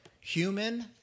human